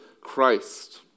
Christ